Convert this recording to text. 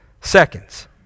seconds